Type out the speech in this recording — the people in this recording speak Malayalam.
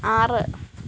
ആറ്